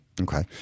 Okay